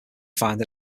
find